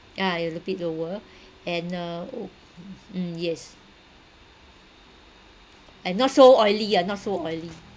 yeah it'll repeat the word and uh mm yes and not so oily ah not so oily